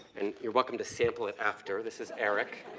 and you're welcome to sample it after. this is arrack.